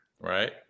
right